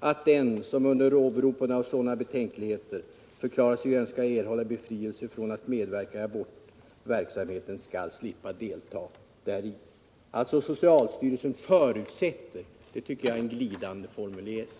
att den, som under åberopande av sådana betänkligheter förklarar sig önska erhålla befrielse från att medverka i abortverksamheten, skall slippa delta däri.” Det står alltså ”socialstyrelsen förutsätter”, vilket jag anser vara en glidande formulering.